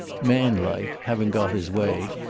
man-like, having got his way,